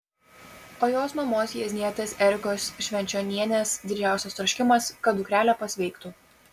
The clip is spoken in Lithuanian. o jos mamos jieznietės erikos švenčionienės didžiausias troškimas kad dukrelė pasveiktų